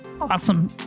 awesome